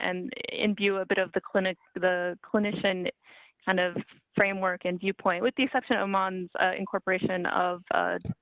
and in view, a bit of the clinic, the clinician kind of framework and viewpoint with the exception of mom's incorporation of